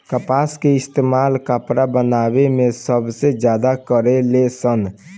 कपास के इस्तेमाल कपड़ा बनावे मे सबसे ज्यादा करे लेन सन